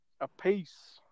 apiece